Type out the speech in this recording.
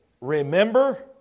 remember